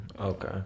okay